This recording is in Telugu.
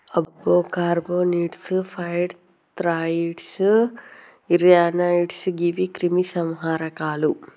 అబ్బో కార్బమీట్స్, ఫైర్ థ్రాయిడ్స్, ర్యానాయిడ్స్ గీవి క్రిమి సంహారకాలు